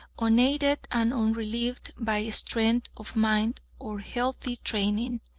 unaided and unrelieved by strength of mind or healthy training.